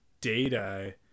Data